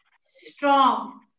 strong